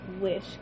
Wish